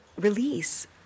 release